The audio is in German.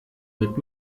mit